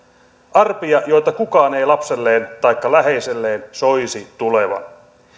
arpia joita kukaan ei lapselleen taikka läheiselleen soisi tulevan